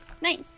Nice